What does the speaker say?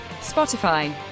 Spotify